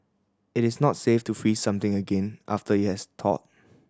it is not safe to freeze something again after it has thawed